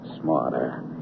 smarter